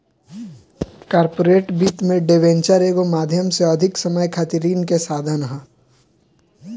corporate वित्त में debenture एगो माध्यम से अधिक समय खातिर ऋण के साधन ह